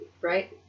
Right